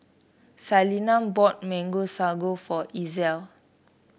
Salina bought Mango Sago for Ezell